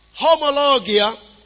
Homologia